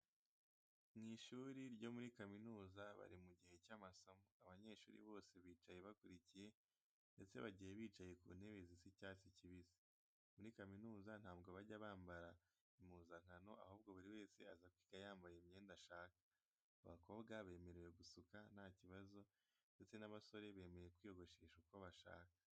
Mu ishuri ryo muri kaminuza bari mu gihe cy'amasomo. Abanyeshuri bose bicaye bakurikiye ndetse bagiye bicaye ku ntebe zisa icyatsi kibisi. Muri kaminuza ntabwo bajya bambara impuzankano, ahubwo buri wese aza kwiga yambaye imyenda ashaka. Abakobwa baba bemerewe gusuka nta kibazo ndetse n'abasore bemerewe kwiyogoshesha uko bashaka.